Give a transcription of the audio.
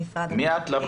מי את?